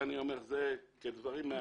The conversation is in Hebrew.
אני אומר את זה כדברים מהלב, באמת.